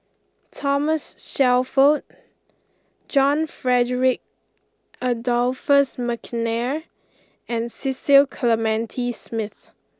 Thomas Shelford John Frederick Adolphus McNair and Cecil Clementi Smith